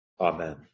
Amen